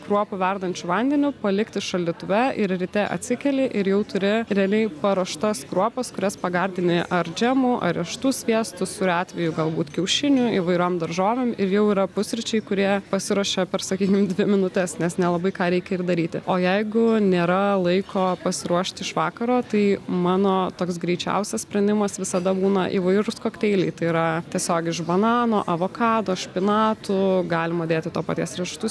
kruopų verdančiu vandeniu palikti šaldytuve ir ryte atsikeli ir jau turi realiai paruoštas kruopas kurias pagardini ar džemu ar riešutų sviestu sūriu atveju galbūt kiaušinių įvairiom daržovėm ir jau yra pusryčiai kurie pasiruošė per sakykim dvi minutes nes nelabai ką reikia ir daryti o jeigu nėra laiko pasiruošti iš vakaro tai mano toks greičiausias sprendimas visada būna įvairūs kokteiliai tai yra tiesiog iš banano avokado špinatų galima dėti to paties riešutų